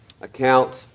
account